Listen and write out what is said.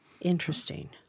Interesting